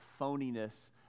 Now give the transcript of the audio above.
phoniness